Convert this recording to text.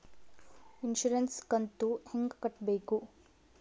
Insurance ಕಂತು ಹೆಂಗ ಕಟ್ಟಬೇಕು?